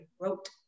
wrote